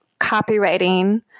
copywriting